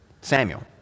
Samuel